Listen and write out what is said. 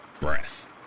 breath